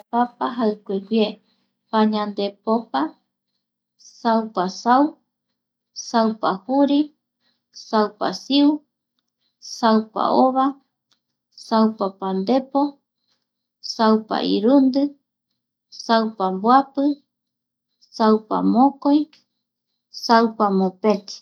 Yambaepapa jaikueguie pañandepopopa, saupa sau, saupa juri, saupasiu, saupa ova, saupa pandepo, saupa irundi ,saupa mboapi, saupa mokoi, saupa mopeti